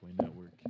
network